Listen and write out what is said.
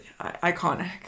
iconic